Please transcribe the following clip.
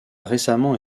récemment